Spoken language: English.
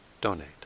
donate